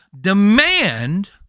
demand